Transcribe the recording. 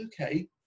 okay